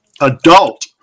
adult